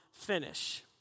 finish